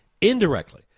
indirectly